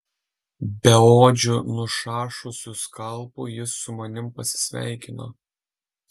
beodžiu nušašusiu skalpu jis su manimi pasisveikino